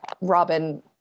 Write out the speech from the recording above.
Robin